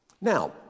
Now